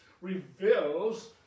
reveals